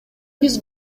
биз